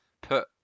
put